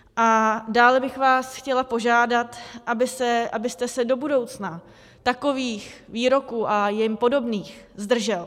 A dále bych vás chtěla požádat, abyste se do budoucna takových výroků a jim podobných zdržel.